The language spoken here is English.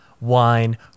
wine